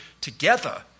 together